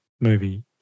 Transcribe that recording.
movie